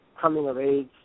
coming-of-age